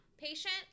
Patient